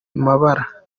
mabara